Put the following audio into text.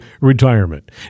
retirement